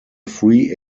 free